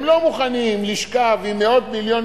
הם לא מוכנים לשכב עם מאות מיליונים